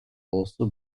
also